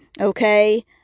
Okay